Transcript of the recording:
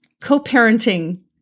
co-parenting